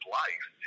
life